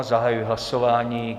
Zahajuji hlasování.